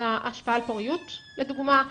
השפעה על פוריות, לדוגמה.